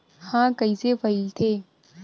ह कइसे फैलथे?